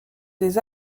des